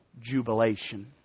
jubilation